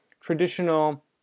traditional